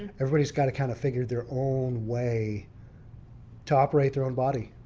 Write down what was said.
everybody's got to kind of figured their own way to operate their own body.